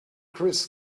chris